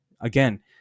again